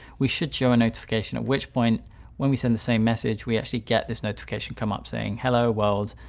we should show a notification. at which point when we send the same message, we actually get this notification come up saying, hello world,